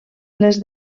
les